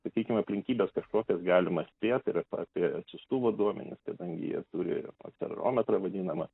sakykim aplinkybes kažkokias galima spėt ir apie siųstuvo duomenis kadangi jie turi akcelerometrą vadinamą